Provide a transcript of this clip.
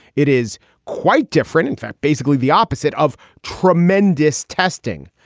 it is quite different. in fact, basically the opposite of tremendous testing.